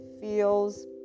feels